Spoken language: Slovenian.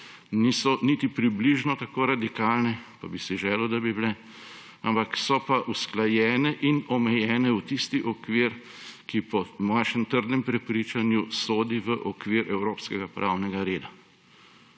Niso niti približno tako radikalne, pa bi si želel, da bi bile, ampak so pa usklajene in omejene v tisti okvir, ki po našem trdnem prepričanju sodi v okvir evropskega pravnega reda